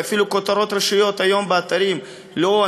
ואפילו כותרות ראשיות היום באתרים: לא,